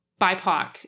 BIPOC